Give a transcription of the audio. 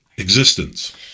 existence